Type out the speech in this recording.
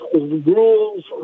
rules